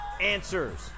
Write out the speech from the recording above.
answers